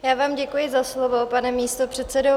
Já vám děkuji za slovo, pane místopředsedo.